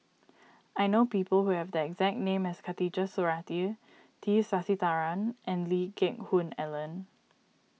I know people who have the exact name as Khatijah Surattee T Sasitharan and Lee Geck Hoon Ellen